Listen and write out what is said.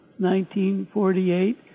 1948